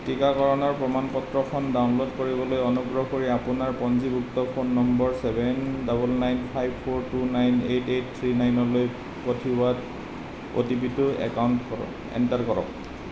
টিকাকৰণৰ প্ৰমাণ পত্ৰখন ডাউনলোড কৰিবলৈ অনুগ্ৰহ কৰি আপোনাৰ পঞ্জীভুক্ত phone number seven double nine five four two nine eight eight three নাইনলৈ পঠিওৱা অ' টি পিটো একাউণ্ট কৰক এণ্টাৰ কৰক